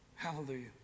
Hallelujah